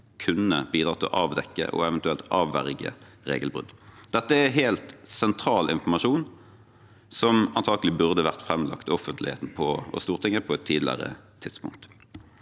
kunne bidratt til å avdekke og eventuelt avverge regelbrudd. Dette er helt sentral informasjon som antakelig burde vært framlagt offentligheten og Stortinget på et tidligere tidspunkt.